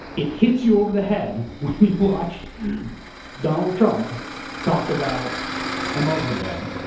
it hits you over the head when you watch donald trump talk about a muslim ban.